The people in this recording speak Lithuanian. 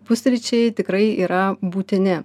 pusryčiai tikrai yra būtini